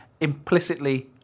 implicitly